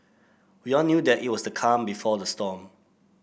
we all knew that it was the calm before the storm